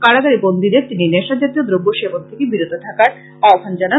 কারাগারে বন্দীদের তিনি নেশা জাতীয় দ্রব্য সেবন থেকে বিরত থাকার আহ্বান জানান